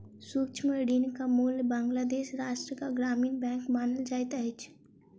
सूक्ष्म ऋणक मूल बांग्लादेश राष्ट्रक ग्रामीण बैंक मानल जाइत अछि